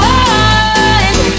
one